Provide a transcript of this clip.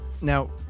Now